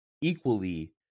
equally